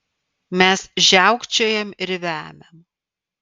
mes žiaukčiojam ir vemiam